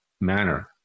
manner